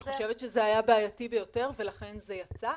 אני חושבת שזה היה בעייתי ביותר ולכן זה יצא.